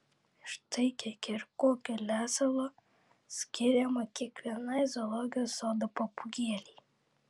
štai kiek ir kokio lesalo skiriama kiekvienai zoologijos sodo papūgėlei